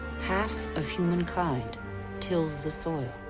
half of humankind tills the soil,